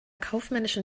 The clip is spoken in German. kaufmännischen